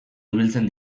ibiltzen